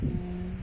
hmm